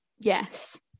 Yes